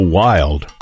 wild